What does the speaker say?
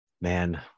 man